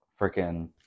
freaking